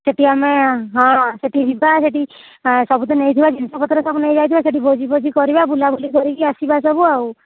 ସେଠି ଆମେ ହଁ ସେଠି ଯିବା ସେଠି ସବୁ ତ ନେଇଥିବା ଜିନିଷପତ୍ର ସବୁ ନେଇଯାଇଥିବା ସେଠି ଭୋଜିଫୋଜି କରିବା ବୁଲାବୁଲି କରିକି ଆସିବା ସବୁ ଆଉ